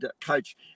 coach